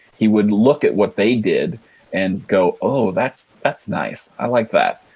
he would look at what they did and go, oh, that's that's nice. i like that.